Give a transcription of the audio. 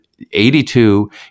82